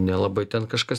nelabai ten kažkas